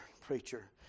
preacher